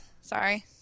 Sorry